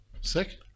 Sick